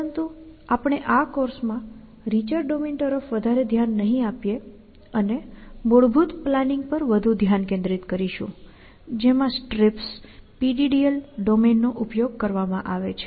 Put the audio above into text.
પરંતુ આપણે આ કોર્સમાં રીચર ડોમેન્સ તરફ વધારે ધ્યાન નહીં આપીએ અને મૂળભૂત પ્લાનિંગ પર વધુ ધ્યાન કેન્દ્રિત કરીશું જેમાં STRIPS PDDL ડોમેન નો ઉપયોગ કરવામાં આવે છે